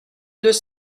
deux